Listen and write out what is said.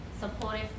supportive